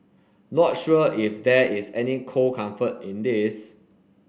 not sure if there is any cold comfort in this